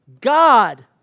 God